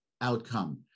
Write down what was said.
outcome